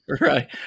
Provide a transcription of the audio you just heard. Right